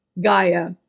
Gaia